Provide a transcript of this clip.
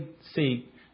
seek